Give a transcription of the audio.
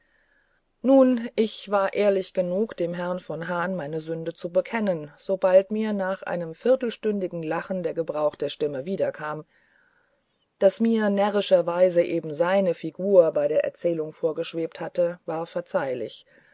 nun ich war ehrlich genug dem herrn von hahn meine sünde zu bekennen sobald mir nach einem viertelstündigen lachen der gebrauch der stimme wiederkam daß mir närrischerweise eben seine figur bei der erzählung vorgeschwebt hatte war verzeihlich